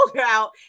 out